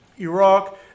Iraq